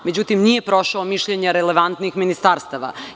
Međutim, nije prošlo mišljenje relevantnih ministarstava.